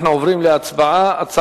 אנחנו עוברים להצבעה בקריאה ראשונה על